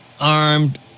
armed